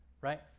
right